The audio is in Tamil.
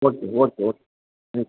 ஓகே ஓகே ஓகே ம்